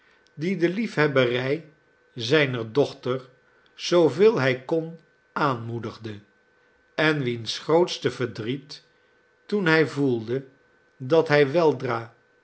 die de liefhebberij zijner dochter zooveel hij kon aanmoedigde en wiens grootste verdriet toen hij voelde dat hij weldra